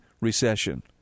recession